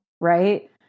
right